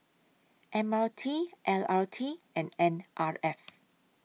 M R T L R T and N R F